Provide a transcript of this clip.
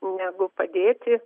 negu padėti